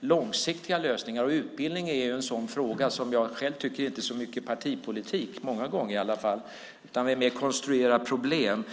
långsiktiga lösningar, och utbildning är en sådan fråga som jag själv tycker inte handlar så mycket om partipolitik, många gånger i alla fall, utan där vi mer konstruerar problem.